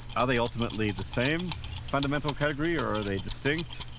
are they ultimately the same fundamental category or are they distinct?